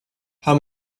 how